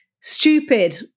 stupid